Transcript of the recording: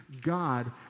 God